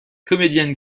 comédienne